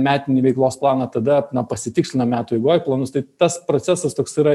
metinį veiklos planą tada pasitikslinam metų eigoj planus tai tas procesas toks yra